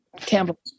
campbell